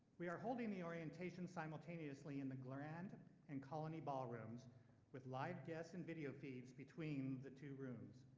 we are holding the orientation simultaneously in the grand and colony ballrooms with live guests and video feeds between the two rooms.